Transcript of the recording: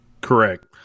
Correct